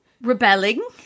rebelling